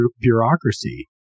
bureaucracy